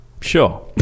Sure